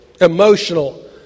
emotional